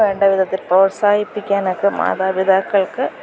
വേണ്ട വിധത്തിൽ പ്രോത്സാഹിപ്പിക്കാനൊക്കെ മാതാപിതാക്കൾക്ക്